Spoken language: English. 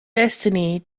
destiny